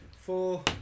Four